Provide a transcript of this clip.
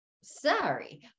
sorry